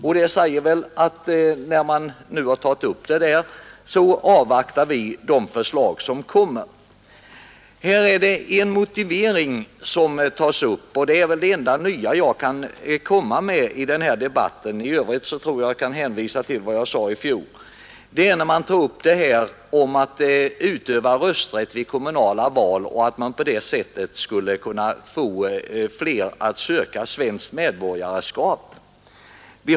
Och när ärendet alltså nu är på gång har vi velat avvakta det förslag som snart kommer att framläggas. Sedan vill jag här bara bemöta en motivering som anförts, och det är det enda nya jag har att komma med denna gång; i övrigt kan jag hänvisa till vad jag sade i fjol. Det har sagts att vi genom att låta invandrarna få 163 utöva sin rösträtt tidigare skulle få flera att söka svenskt medborgarskap.